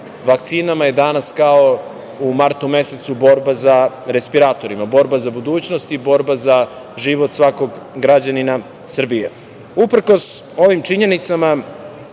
vakcinama je danas kao u martu mesecu, borba za respiratore, borba za budućnost i borba za život svakog građanina Srbije. Uprkos ovim činjenicama